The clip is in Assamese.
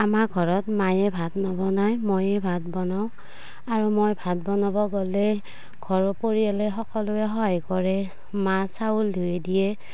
আমাৰ ঘৰত মায়ে ভাত নবনায় মইয়ে ভাত বনাওঁ আৰু মই ভাত বনাব গ'লে ঘৰৰ পৰিয়ালে সকলোৱে সহায় কৰে মা চাউল ধুই দিয়ে